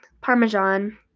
parmesan